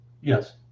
Yes